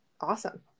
awesome